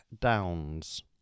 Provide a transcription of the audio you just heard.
downs